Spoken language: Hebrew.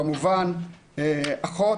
כמובן אחות,